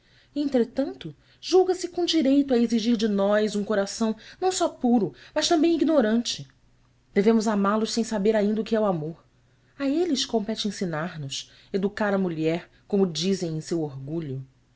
entretanto julga-se com direito a exigir de nós um coração não só puro mas também ignorante devemos amá los sem saber ainda o que é o amor a eles compete ensinar nos educar a mulher como dizem em seu orgulho